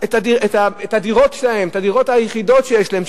את הדירות היחידות שיש להם,